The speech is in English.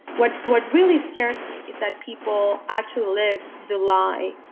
what what really scares me is that people actually live the lie.